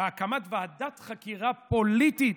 בהקמת ועדת חקירה פוליטית,